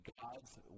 God's